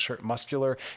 muscular